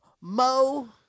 mo